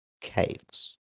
caves